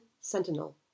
Sentinel